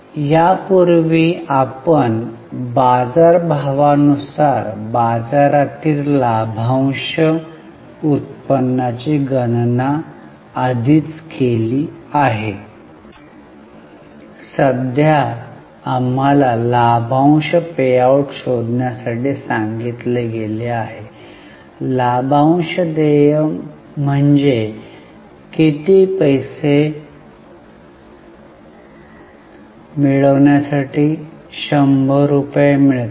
यापूर्वी आपण बाजारभावानुसार बाजारातील लाभांश उत्पन्नाची गणना आधीच केली आहे सध्या आम्हाला लाभांश पेआउट शोधण्यासाठी सांगितले गेले आहे लाभांश देय म्हणजे किती पैसे मिळविण्यापासून 100 रुपये मिळतात